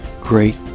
great